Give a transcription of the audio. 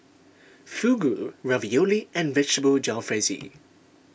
Fugu Ravioli and Vegetable Jalfrezi